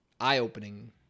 eye-opening